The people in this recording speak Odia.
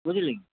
ବୁଝିଲେ କି